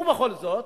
ובכל זאת,